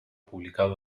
publicado